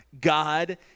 God